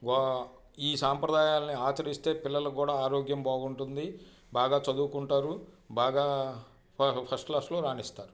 వా ఈ సాంప్రదాయాల్ని ఆచరిస్తే పిల్లలకు కూడా ఆరోగ్యం బాగుంటుంది బాగా చదువుకుంటారు బాగా ఫస్ట్ క్లాస్లో రాణిస్తారు